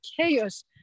chaos